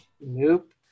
Nope